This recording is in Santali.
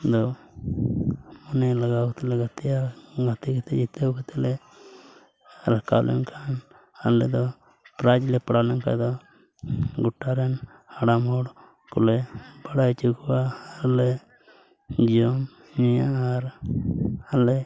ᱟᱫᱚ ᱢᱚᱱᱮ ᱞᱟᱜᱟᱣ ᱠᱟᱛᱫ ᱞᱮ ᱜᱟᱛᱮᱜᱼᱟ ᱜᱟᱛᱮ ᱠᱟᱛᱮᱫ ᱡᱤᱛᱟᱹᱣ ᱠᱟᱛᱮᱫ ᱞᱮ ᱨᱟᱠᱟᱵ ᱞᱮᱱᱠᱷᱟᱱ ᱟᱞᱮ ᱫᱚ ᱯᱨᱟᱭᱤᱡᱽ ᱞᱮ ᱯᱟᱲᱟᱣ ᱞᱮᱱᱠᱷᱟᱱ ᱫᱚ ᱜᱚᱴᱟ ᱨᱮᱱ ᱦᱟᱲᱟᱢ ᱦᱚᱲ ᱠᱚᱞᱮ ᱵᱟᱲᱟᱭ ᱦᱚᱪᱚ ᱠᱚᱣᱟ ᱟᱨ ᱞᱮ ᱡᱚᱢ ᱧᱩᱭᱟ ᱟᱨ ᱟᱞᱮ